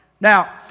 Now